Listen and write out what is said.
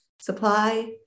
supply